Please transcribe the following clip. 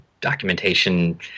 documentation